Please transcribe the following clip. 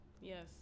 Yes